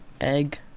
egg